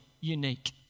unique